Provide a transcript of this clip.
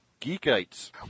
geekites